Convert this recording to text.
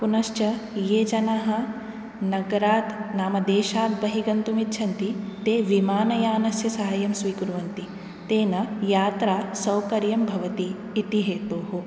पुनश्च ये जनाः नगरात् नाम देशात् बहि गन्तुमिच्छन्ति ते विमानयानस्य साहाय्यं स्वीकुर्वन्ति तेन यात्रा सौकर्यं भवति इति हेतोः